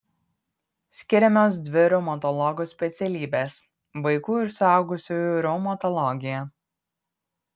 skiriamos dvi reumatologų specialybės vaikų ir suaugusiųjų reumatologija